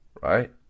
right